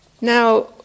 Now